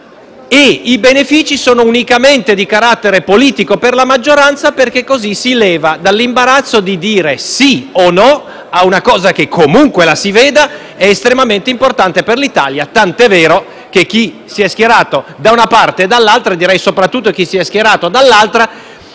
ma i benefici sono unicamente di carattere politico per la maggioranza, la quale così si leva dall'imbarazzo di dire sì o no a una cosa che, comunque la si veda, è estremamente importante per l'Italia. Tant'è vero che chi si è schierato da una parte o dall'altra - ma direi soprattutto chi si è schierato dall'altra